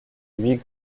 huit